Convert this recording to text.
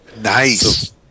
Nice